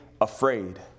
afraid